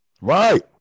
Right